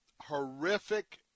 horrific